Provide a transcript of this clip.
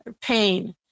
pain